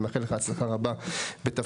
ואני מאחל לך הצלחה רבה בתפקידך.